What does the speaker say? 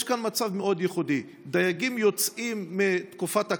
יש כאן מצב מאוד ייחודי: דייגים יוצאים מתקופת הקורונה,